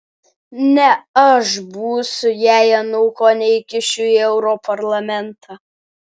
ne aš būsiu jei anūko neįkišiu į europarlamentą